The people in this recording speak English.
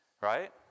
Right